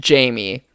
Jamie